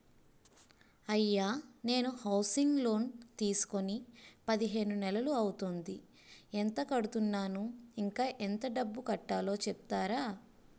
అయ్యా నేను housing loan తీసుకొని పదిహేను నెలలు అవుతోందిఎంత కడుతున్నాను, ఇంకా ఎంత డబ్బు కట్టలో చెప్తారా?